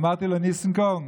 אמרתי לו: ניסנקורן,